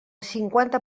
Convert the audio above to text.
cinquanta